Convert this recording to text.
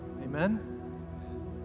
Amen